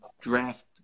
draft